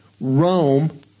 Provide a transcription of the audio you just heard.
Rome